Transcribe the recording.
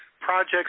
Projects